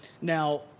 Now